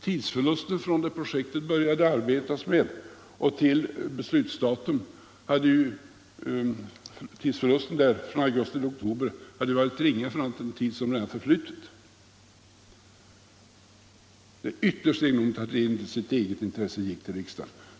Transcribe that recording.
Tidsförlusten från det att man tecknade avtalet till definitivt godkännande -— från augusti till oktober — hade ju varit ringa i förhållande till den tid som redan förflutit. Det är ytterst egendomligt att regeringen inte i sitt eget intresse gick till riksdagen.